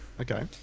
Okay